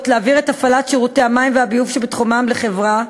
להעביר את הפעלת שירותי המים והביוב שבתחומן לחברה,